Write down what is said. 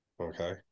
Okay